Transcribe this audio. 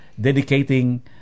dedicating